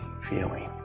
feeling